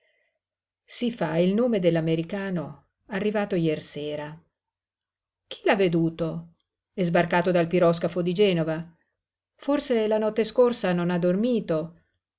si fa il nome dell'americano arrivato jersera chi l'ha veduto è sbarcato dal piroscafo di genova forse la notte scorsa non ha dormito